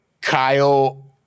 Kyle